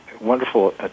wonderful